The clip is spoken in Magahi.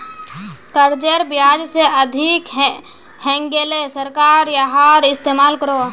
कर्जेर ब्याज से अधिक हैन्गेले सरकार याहार इस्तेमाल करोह